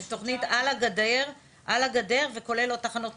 יש עשרות של חומרים כאלה אבל רק בנזן.